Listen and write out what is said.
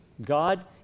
God